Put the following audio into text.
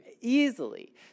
Easily